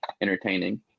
entertaining